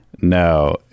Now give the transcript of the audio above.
No